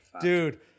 Dude